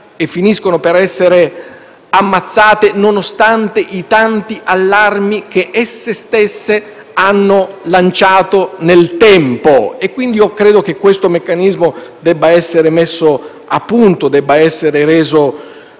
e finiscono per essere ammazzate nonostante i tanti allarmi che esse stesse hanno lanciato nel tempo. Ritengo quindi che questo meccanismo debba essere messo a punto e reso